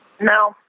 No